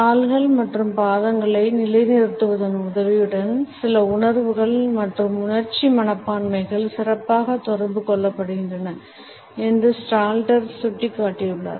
கால்கள் மற்றும் பாதங்களை நிலைநிறுத்துவதன் உதவியுடன் சில உணர்வுகள் மற்றும் உணர்ச்சி மனப்பான்மைகள் சிறப்பாக தொடர்பு கொள்ளப்படுகின்றன என்று ஸ்டால்டர் சுட்டிக்காட்டியுள்ளார்